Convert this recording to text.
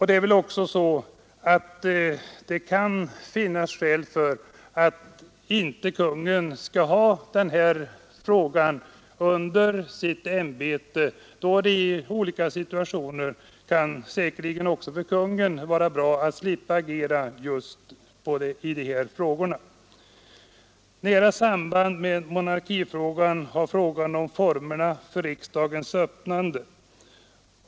Det kan också finnas skäl till att kungen inte skall ha den här uppgiften under sitt ämbete, då det i olika situationer säkerligen också för kungen kan vara bra att slippa agera just i dessa frågor. Nära samband med frågan om monarki har frågan om formerna för riksdagens öppnande.